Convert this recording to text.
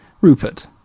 Rupert